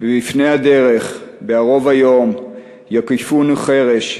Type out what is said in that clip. "במפנה הדרך, בערוב היום/ יקיפוני חרש,